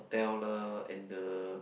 hotel lah and the